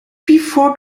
before